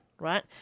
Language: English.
right